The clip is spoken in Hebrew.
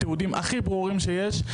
תיעודיים הכי ברורים שיש,